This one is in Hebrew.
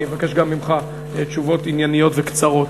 אני אבקש גם ממך תשובות ענייניות וקצרות.